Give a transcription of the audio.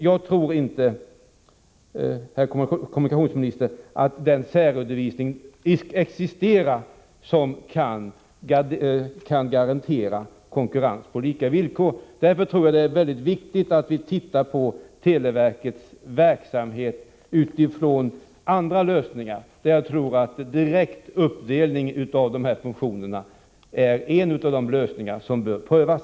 Jag tror inte, herr kommunikationsminister, att det existerar en särredovisning som kan garantera konkurrens på lika villkor. Därför tror jag att det är mycket viktigt att vi tittar på televerkets verksamhet utifrån andra utgångspunkter och söker andra lösningar. En direkt uppdelning av de här funktionerna är en av de lösningar som jag tror bör prövas.